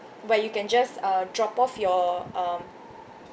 where you can just uh drop off your um